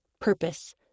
Purpose